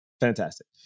fantastic